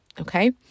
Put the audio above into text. Okay